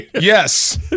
Yes